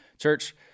church